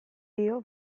dio